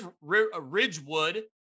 Ridgewood